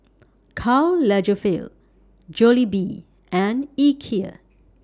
Karl Lagerfeld Jollibee and Ikea